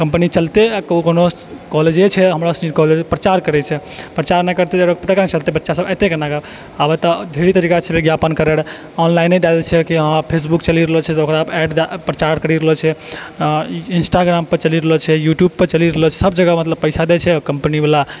company चलते अऽ कोनो कॉलेज छै हमरा सबके कॉलेज प्रचार करै छै प्रचार नहि करते तऽ पता केना चलते बच्चा सब ऐते केनाके आबऽ तऽ ढेरी तरीका छै विज्ञापन करय ले ऑनलाइन दय दे छै कि हँ आ फेसबुक चलिये रहल छै तऽ ओकरा एड दै दे छै प्रचार करिये रहल छे अऽ इन्स्टाग्राम पर चलि रहल छै यूट्यूब पर चलि रहल सब जगह पर पैसा देय छै कम्पनी बला